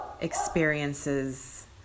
experiences